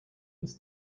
ins